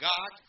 God